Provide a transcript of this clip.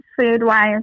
food-wise